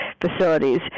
facilities